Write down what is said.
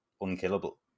unkillable